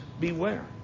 beware